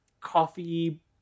coffee